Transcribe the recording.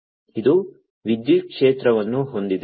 ಇದು ವಿದ್ಯುತ್ ಕ್ಷೇತ್ರವನ್ನು ಹೊಂದಿದೆ